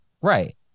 Right